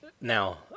Now